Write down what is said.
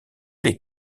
les